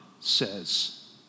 says